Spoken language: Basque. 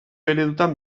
eredutan